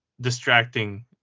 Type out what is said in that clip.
distracting